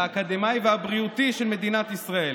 האקדמי והבריאותי של מדינת ישראל.